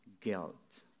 guilt